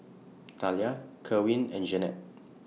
Talia Kerwin and Jeanette